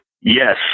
Yes